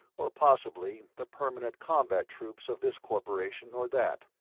or possibly the permanent combat troops of this corporation or that.